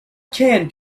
can